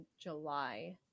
July